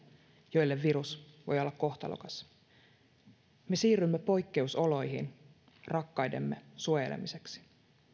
joille virus voi olla kohtalokas me siirrymme poikkeusoloihin rakkaidemme suojelemiseksi